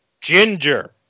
ginger